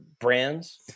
brands